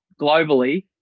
globally